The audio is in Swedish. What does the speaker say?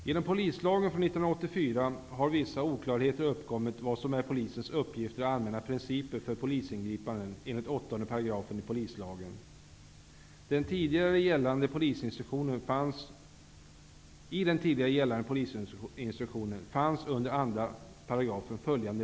Genom polislagen från 1984 har vissa oklarheter uppkommit i fråga om vad som är polisens uppgifter och allmänna principer för polisingripanden enligt lagens 8 §.